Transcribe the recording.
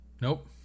Nope